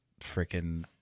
freaking